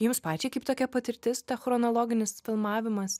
jums pačiai kaip tokia patirtis ta chronologinis filmavimas